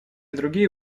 другие